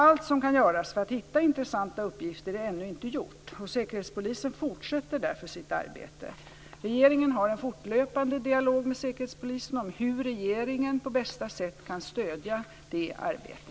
Allt som kan göras för att hitta intressanta uppgifter är ännu inte gjort, och Säkerhetspolisen fortsätter därför sitt arbete. Regeringen har en fortlöpande dialog med Säkerhetspolisen om hur regeringen på bästa sätt kan stödja detta arbete.